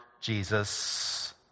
Jesus